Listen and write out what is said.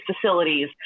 facilities